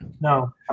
No